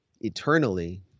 eternally